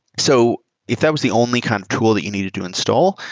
so if that was the only kind of tool that you needed to install,